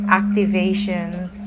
activations